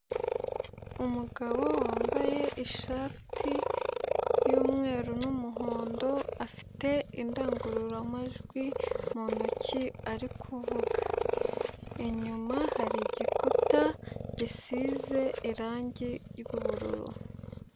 Umugabo wambaye ishati y'umweru n'umuhondo, afite indangururamajwi mu ntoki ari kuvuga, inyuma hari igikuta gisize irangi ry'ubururu.